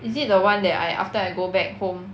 is it the one that I after I go back home